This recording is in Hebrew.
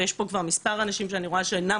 ויש פה כבר מספר אנשים שאני רואה שאינם